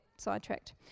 sidetracked